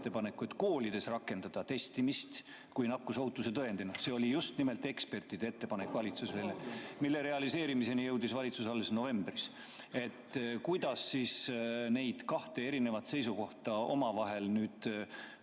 koolides testimist nakkusohutuse tõendina. See oli just nimelt ekspertide ettepanek valitsusele, mille realiseerimiseni jõudis valitsus alles novembris. Kuidas neid kahte erisugust seisukohta nüüd